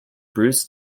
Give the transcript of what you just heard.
bruce